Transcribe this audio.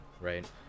right